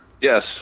Yes